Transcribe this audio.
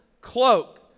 cloak